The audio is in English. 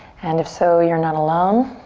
and if so, you're not alone.